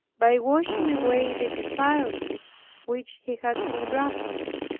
by washing away the defilements which he has contracted.